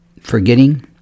forgetting